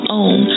own